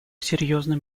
серьезным